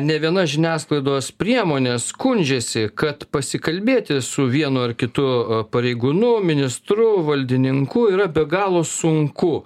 nė viena žiniasklaidos priemonė skundžiasi kad pasikalbėti su vienu ar kitu pareigūnu ministru valdininku yra be galo sunku